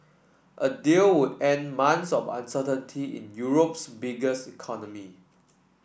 a deal would end months of uncertainty in Europe's biggest economy